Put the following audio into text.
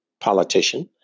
politician